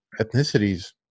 ethnicities